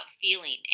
feeling